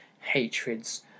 hatreds